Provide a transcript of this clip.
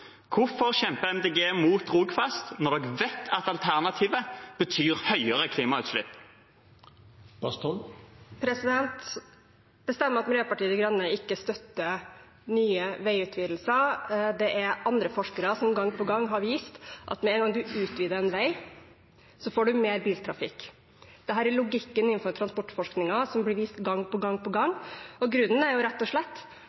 Hvorfor kjemper Miljøpartiet De Grønne mot Rogfast når en vet at alternativet betyr større klimagassutslipp? Det stemmer at Miljøpartiet De Grønne ikke støtter nye veiutvidelser. Det er andre forskere som gang på gang har vist at med en gang man utvider en vei, får man mer biltrafikk. Det er en logikk innenfor transportforskingen som viser seg gang på gang på gang. Grunnen er rett og slett